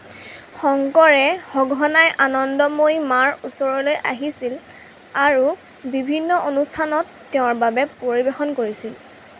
শংকৰে সঘনাই আনন্দময়ী মাৰ ওচৰলৈ আহিছিল আৰু বিভিন্ন অনুষ্ঠানত তেওঁৰ বাবে পৰিৱেশন কৰিছিল